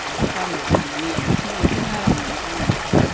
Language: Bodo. बेयाव गामियाव थानानै बेखायनो ओंखायनो आराम मोनो गामिआव थानो